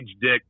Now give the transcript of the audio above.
dick